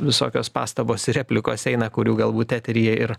visokios pastabos ir replikos eina kurių galbūt eteryje ir